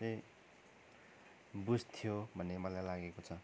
चाहिँ बुझ्थ्यो भन्ने मलाई लागेको छ